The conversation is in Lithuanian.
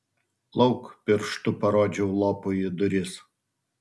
lauk pirštu parodžiau lopui į duris